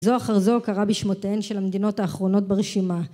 זו אחר זו קרה בשמותיהן של המדינות האחרונות ברשימה